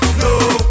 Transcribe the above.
no